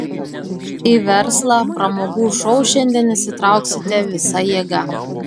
į verslą pramogų šou šiandien įsitrauksite visa jėga